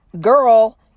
girl